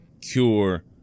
cure